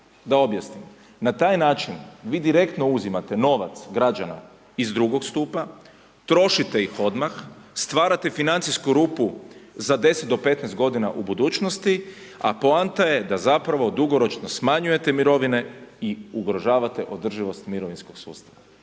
da objasnim, na taj način vi direktno uzimate novac građana iz drugog stupa, trošite ih odmah, stvarate financijsku rupu za 10 do 15 godina u budućnosti, a poanta je da zapravo dugoročno smanjujete mirovine i ugrožavate održivost mirovinskog sustava,